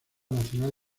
nacional